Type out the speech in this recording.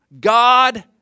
God